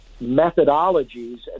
methodologies